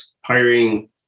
hiring